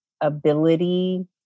ability